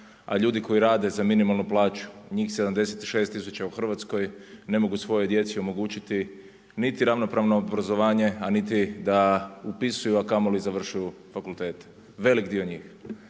a ljudi koji rade za minimalnu plaću, njih 76 tisuća u Hrvatskoj ne mogu svojoj djeci omogućiti niti ravnopravno obrazovanje, a niti da upisuju, a kamoli završavaju fakultete, velik dio njih.